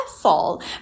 fall